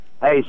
Hey